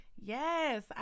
Yes